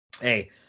Hey